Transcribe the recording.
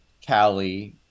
Cali